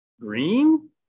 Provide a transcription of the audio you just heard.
green